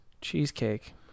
cheesecake